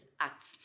acts